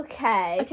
Okay